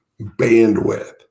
bandwidth